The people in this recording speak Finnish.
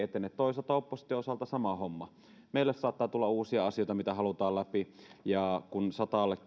etene toisaalta opposition osalta on sama homma meille saattaa tulla uusia asioita mitä halutaan läpi kun sata